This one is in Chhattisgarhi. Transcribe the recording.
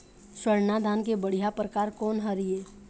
स्वर्णा धान के बढ़िया परकार कोन हर ये?